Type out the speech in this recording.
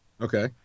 Okay